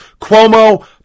Cuomo